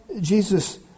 Jesus